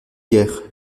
guère